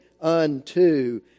unto